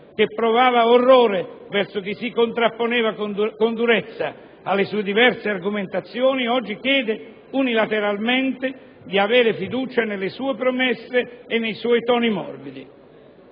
che provava orrore verso chi si contrapponeva con durezza alle sue diverse argomentazioni, oggi chiede unilateralmente di avere fiducia nelle sue promesse e nei suoi toni morbidi.